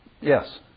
Yes